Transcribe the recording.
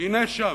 הנה, שם.